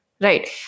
Right